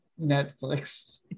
netflix